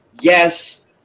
yes